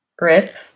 rip